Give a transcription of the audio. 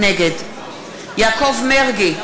נגד יעקב מרגי,